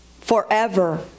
Forever